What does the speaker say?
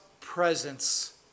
presence